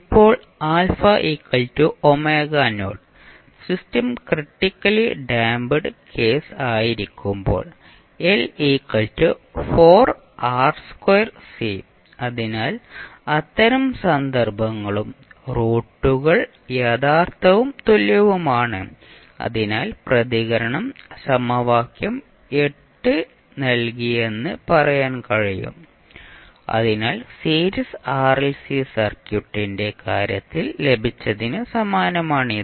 ഇപ്പോൾ α system critically damped case ആയിരിക്കുമ്പോൾ അതിനാൽ അത്തരം സന്ദർഭങ്ങളും റൂട്ടുകൾ യഥാർത്ഥവും തുല്യവുമാണ് അതിനാൽ പ്രതികരണം സമവാക്യം നൽകിയെന്ന് പറയാൻ കഴിയും അതിനാൽ സീരീസ് ആർഎൽസി സർക്യൂട്ടിന്റെ കാര്യത്തിൽ ലഭിച്ചതിന് സമാനമാണിത്